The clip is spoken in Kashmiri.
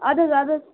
اَدٕ حظ اَدٕ حظ